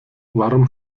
warum